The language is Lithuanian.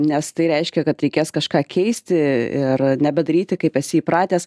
nes tai reiškia kad reikės kažką keisti ir nebedaryti kaip esi įpratęs